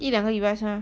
一两个礼拜是吗